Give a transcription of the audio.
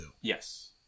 Yes